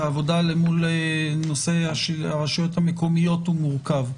שהעבודה למול הרשויות המקומיות היא מורכבת.